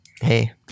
hey